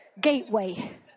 gateway